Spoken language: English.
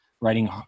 writing